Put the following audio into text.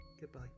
Goodbye